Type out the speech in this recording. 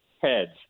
Heads